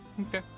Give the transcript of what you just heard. Okay